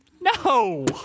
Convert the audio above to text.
No